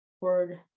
word